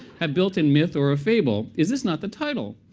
have built in myth or a fable. is this not the title?